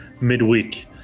midweek